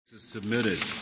Submitted